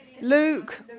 Luke